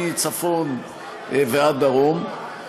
מצפון ועד דרום,